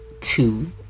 two